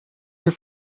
your